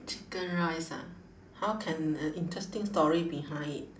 chicken rice ah how can an interesting story behind it